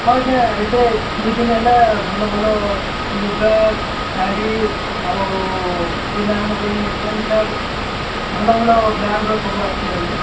ହଁ ଆଜ୍ଞା ଏବେ ଦୁଇଦିନ ହେଲା ଭଲ ଭଲ ଲୁଗା ଶାଢ଼ୀ ଆଉ ପିଲାମାନଙ୍କ ପାଇଁ ପେଣ୍ଟ ସାର୍ଟ ଭଲଭଲ ବ୍ରାଣ୍ଡର ସବୁ ଆସଛି ଆଜ୍ଞା